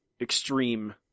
extreme